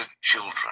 children